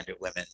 women